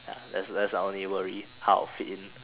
that's the only worry how I would fit in